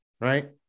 Right